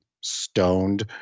stoned